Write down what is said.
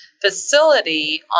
facility